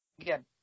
Again